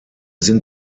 sind